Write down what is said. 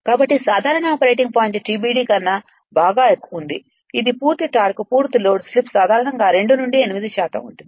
కాబట్టి సాధారణ operating point TBD కన్నా బాగా ఉంది ఇది పూర్తి టార్క్ పూర్తి లోడ్ స్లిప్ సాధారణంగా 2 నుండి 8 శాతం ఉంటుంది